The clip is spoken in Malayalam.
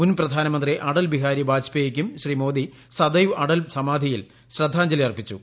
മുൻ പ്രധാനമന്ത്രി അടൽ ബിഹാരി വാജ്പേയിക്കും ശ്രീ മോദി സദൈവ് അടൽ സമാധിയിൽ ശ്രദ്ധാഞ്ജലി അർപ്പിച്ചു